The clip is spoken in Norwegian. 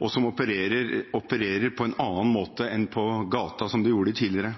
og som opererer på annen måte enn på gata, som de gjorde tidligere.